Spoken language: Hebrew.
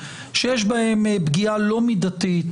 שיש בהם פגיעה לא מידתית